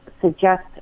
suggest